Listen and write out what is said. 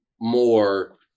more